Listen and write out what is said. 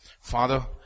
Father